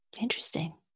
Interesting